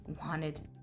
wanted